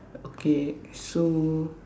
okay so